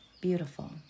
beautiful